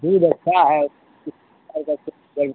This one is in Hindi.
दूध अच्छा है देसी गाय का सबसे बढ़िया